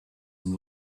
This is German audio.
dem